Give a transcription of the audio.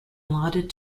allotted